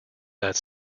that